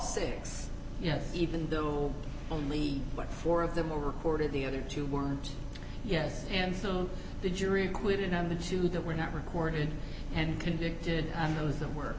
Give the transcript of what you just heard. six yes even though only about four of them were recorded the other two weren't yes and still the jury acquitted of the two that were not recorded and convicted and those that were